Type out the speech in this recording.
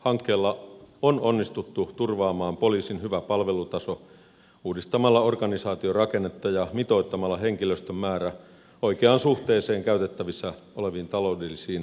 hankkeella on onnistuttu turvaamaan poliisin hyvä palvelutaso uudistamalla organisaatiorakennetta ja mitoittamalla henkilöstön määrä oikeaan suhteeseen käytettävissä oleviin taloudellisiin resursseihin nähden